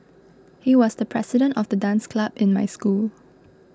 he was the president of the dance club in my school